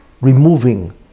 removing